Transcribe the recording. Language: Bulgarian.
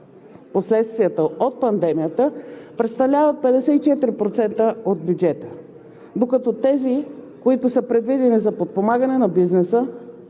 последствията от пандемията, представляват 54% от бюджета, докато тези, които са предвидени за подпомагане на бизнеса,